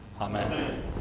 Amen